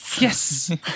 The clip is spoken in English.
Yes